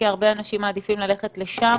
כי הרבה אנשים מעדיפים ללכת לשם